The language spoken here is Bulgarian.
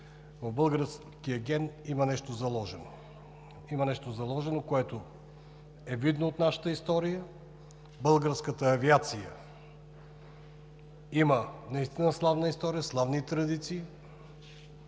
нещо заложено, има нещо заложено, което е видно от нашата история. Българската авиация има наистина славна история, славни традиции.